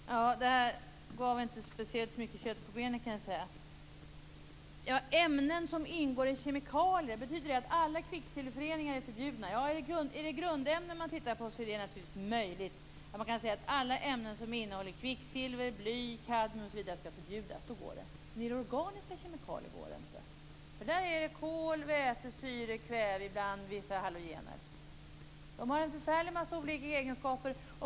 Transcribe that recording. Fru talman! Det här gav inte speciellt mycket kött på benen. Ämnen som ingår i kemikalier talas det om. Betyder det att alla kvicksilverföreningar är förbjudna? Om det är grundämnen som man tittar på är det naturligtvis möjligt. Man kan väl säga att alla ämnen som innehåller kvicksilver, bly, kadmium osv. skall förbjudas; då går det. Men när det gäller organiska kemikalier går det inte. Där har vi kol, väte, syre, kväve och ibland vissa halogener. De har en förfärlig massa olika egenskaper.